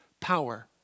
power